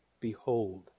Behold